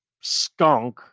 skunk